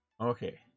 Okay